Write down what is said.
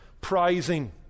prizing